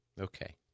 Okay